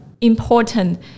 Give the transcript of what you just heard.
important